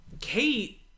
Kate